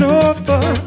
over